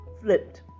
Flipped